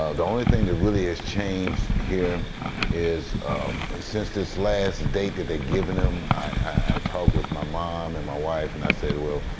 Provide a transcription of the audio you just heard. ah the only thing that really has changed here is since this last date that they'd given him i talked with my mom and my wife, and i said well,